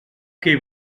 què